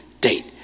date